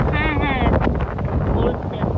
হ্যাঁ হ্যাঁ তুমি তো বলছিলে